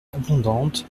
abondante